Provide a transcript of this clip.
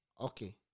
okay